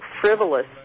frivolous